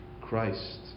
Christ